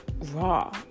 raw